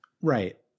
Right